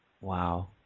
Wow